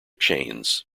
chains